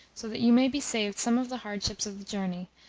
so that you may be saved some of the hardships of the journey,